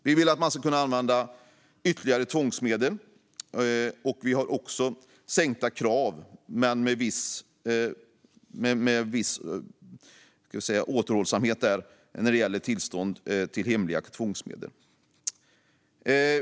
Vi vill att man ska kunna använda ytterligare tvångsmedel, och vi har också sänkta krav, dock med viss återhållsamhet, när det gäller tillstånd för hemliga tvångsmedel.